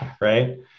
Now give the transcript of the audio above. right